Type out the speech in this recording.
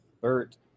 Bert